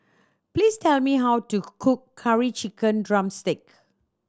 please tell me how to cook Curry Chicken drumstick